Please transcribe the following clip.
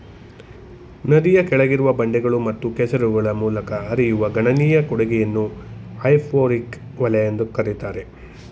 ನದಿಯ ಕೆಳಗಿರುವ ಬಂಡೆಗಳು ಮತ್ತು ಕೆಸರುಗಳ ಮೂಲಕ ಹರಿಯುವ ಗಣನೀಯ ಕೊಡುಗೆಯನ್ನ ಹೈಪೋರೆಕ್ ವಲಯ ಅಂತ ಕರೀತಾರೆ